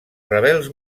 rebels